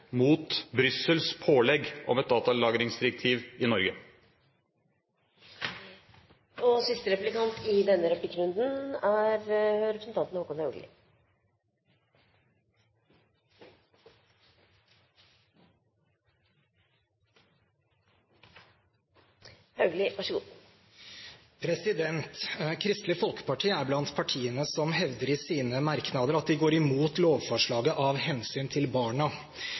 mot Brussels pålegg om et datalagringsdirektiv i Norge. Kristelig Folkeparti er blant partiene som i sine merknader hevder at de går imot lovforslaget av hensyn til barna.